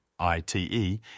ITE